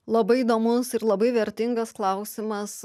labai įdomus ir labai vertingas klausimas